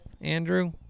Andrew